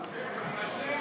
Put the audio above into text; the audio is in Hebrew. הכבוש.